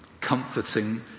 comforting